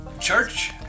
church